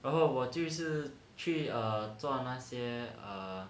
然后我就是去 err 做那些 err